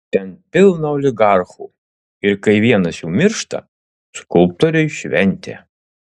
ten pilna oligarchų ir kai vienas jų miršta skulptoriui šventė